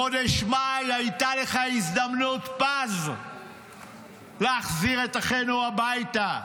בחודש מאי הייתה לך הזדמנות פז להחזיר את אחינו הביתה,